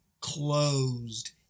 closed